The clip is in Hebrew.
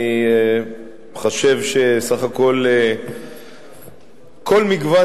אני חושב שכל מגוון